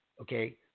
okay